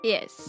Yes